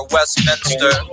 Westminster